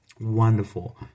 wonderful